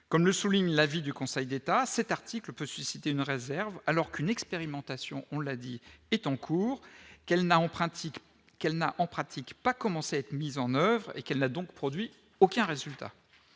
comme le souligne l'avis du Conseil d'État cet article peut susciter une réserve alors qu'une expérimentation, on l'a dit, est en cours, qu'elle n'a Empruntis qu'elle n'a en pratique pas commencé à être mise en oeuvre et qu'elle a donc produit aucun résultat